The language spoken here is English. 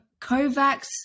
Kovacs